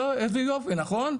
איזה יופי נכון,